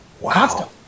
Wow